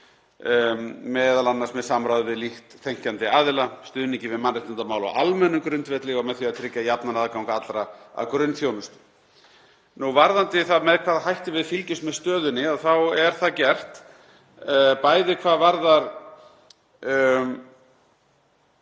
m.a. með samráði við líkt þenkjandi aðila, stuðningi við mannréttindamál á almennum grundvelli og með því að tryggja jafnan aðgang allra að grunnþjónustu. Varðandi það með hvaða hætti við fylgjumst með stöðunni þá er það gert, bæði hvað varðar